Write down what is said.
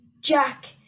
Jack